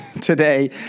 today